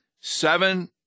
seven